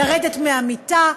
לרדת מהמיטה,